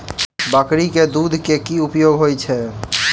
बकरी केँ दुध केँ की उपयोग होइ छै?